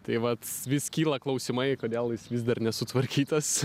tai vat vis kyla klausimai kodėl jis vis dar nesutvarkytas